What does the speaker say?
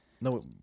No